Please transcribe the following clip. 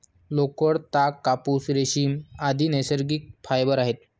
लोकर, ताग, कापूस, रेशीम, आदि नैसर्गिक फायबर आहेत